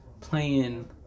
playing